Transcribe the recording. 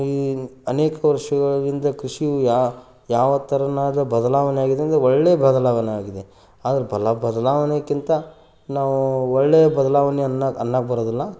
ಈ ಅನೇಕ ವರ್ಷಗಳ ಹಿಂದೆ ಕೃಷಿ ಆ ಯಾವ ತೆರನಾದ ಬದಲಾವಣೆಯಾಗಿದೆ ಅಂದರೆ ಒಳ್ಳೆಯ ಬದಲಾವಣೆಯಾಗಿದೆ ಆದರೆ ಬಲ ಬದಲಾವಣೆಗಿಂತ ನಾವು ಒಳ್ಳೆಯ ಬದಲಾವಣೆ ಅಲ್ಲ ಅನ್ನಕೆ ಬರೋದಿಲ್ಲ